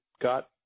got